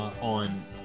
on